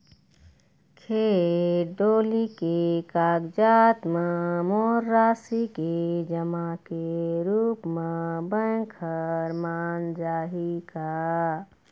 खेत डोली के कागजात म मोर राशि के जमा के रूप म बैंक हर मान जाही का?